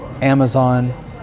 Amazon